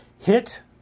Hit